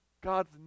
God's